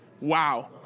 wow